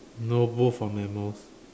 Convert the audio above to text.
no both are mammals